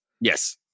Yes